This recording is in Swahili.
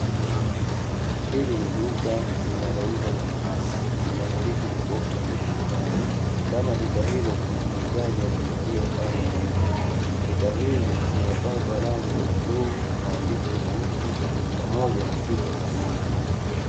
Hili ni duka linalouza maziwa linamiliki jokofu la kidigitali, ndani ya duka hilo kuna muuzaji aliyevalia sare nyeupe, duka hili limepakwa rangi za bluu, maandishi meusi pamoja na picha za ng'ombe.